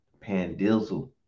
pandizzle